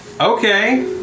Okay